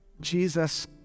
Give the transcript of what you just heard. Jesus